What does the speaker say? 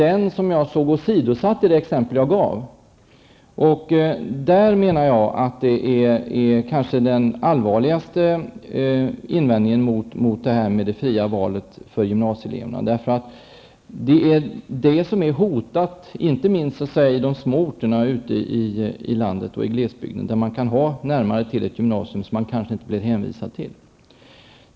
Men den principen åsidosattes i det exempel jag gav. Det är kanske den allvarligaste invändningen mot det fria valet för gymnasieeleverna. Det fria valet hotas i de små orterna ute i glesbygden. Eleven kan ha närmare till ett visst gymnasium men inte bli hänvisad dit.